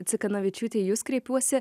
cikanavičiūte į jus kreipiuosi